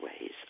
ways